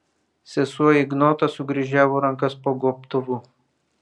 sesuo ignota sukryžiavo rankas po gobtuvu